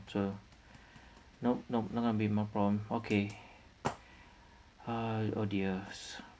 so nope nope not going to be more problem okay !hais! oh dears